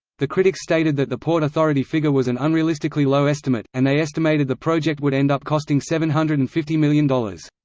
the critics stated that the port authority figure was an unrealistically low estimate, and they estimated the project would end up costing seven hundred and fifty million dollars.